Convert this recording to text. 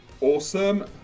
Awesome